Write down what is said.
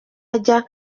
ajya